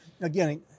again